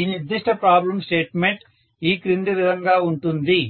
ఈ నిర్దిష్ట problem statement ఈ క్రింది విధంగా ఉంటుంది